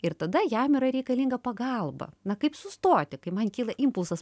ir tada jam yra reikalinga pagalba na kaip sustoti kai man kyla impulsas